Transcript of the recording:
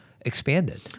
expanded